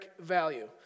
value